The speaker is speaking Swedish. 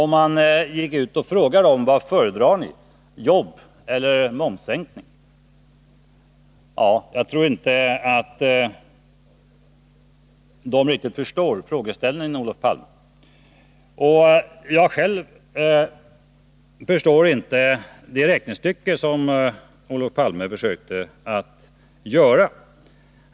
Man skulle kunna gå ut och fråga dem: Vad föredrar ni, jobb eller momssänkning? Jag tror inte att de riktigt skulle förstå frågeställningen, Olof Palme. Jag förstår själv inte Olof Palmes räknestycke.